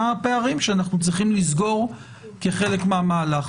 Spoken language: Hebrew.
מה הפערים שאנחנו צריכים לסגור כחלק מהמהלך.